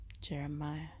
Jeremiah